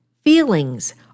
Feelings